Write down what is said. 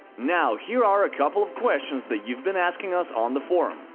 now, here are a couple of questions that you've been asking us on the forum.